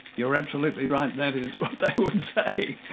you're absolutely right, that is what they would say.